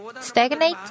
stagnate